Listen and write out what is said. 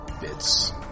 bits